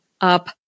up